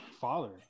father